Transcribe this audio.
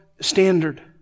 standard